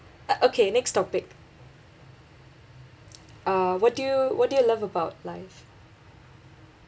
uh okay next topic uh what do you what do you love about life